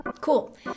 Cool